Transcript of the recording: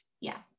Yes